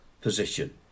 position